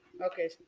Okay